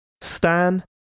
Stan